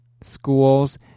schools